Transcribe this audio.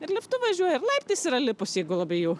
ir liftu važiuoja ir laiptais yra lipus jeigu labai jau